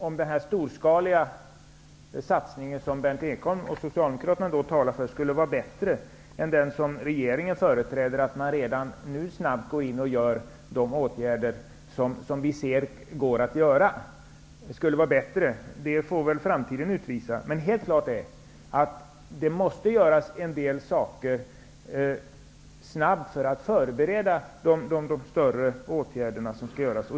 Om den storskaliga satsning som Berndt Ekholm och Socialdemokraterna talar för är bättre än den som regeringen vill göra, dvs. att man redan nu går in och vidtar de åtgärder som är möjliga att vidta, får framtiden utvisa. Men helt klart är att en del saker måste göras snabbt för att förbereda de större åtgärderna.